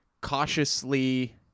cautiously